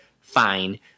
Fine